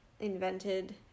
invented